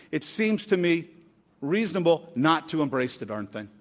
it seems to me reasonable not to embrace the darn thing.